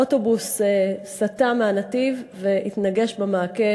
אוטובוס סטה מהנתיב והתנגש במעקה